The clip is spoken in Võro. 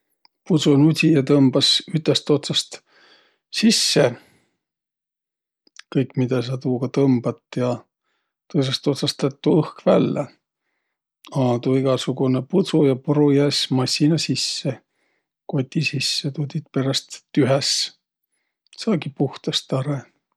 Pudsunudsija tõmbas ütest otsas sisse, kõik, midä sa tuuga tõmbat, ja tõõsõst otsast lätt tuu õhk vällä. A tuu egäsugunõ pudsu ja puru jääs massina sisse. Koti sisse. Tuu tiit peräh tühäs. Saagi puhtas tarõ.